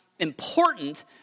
important